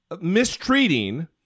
mistreating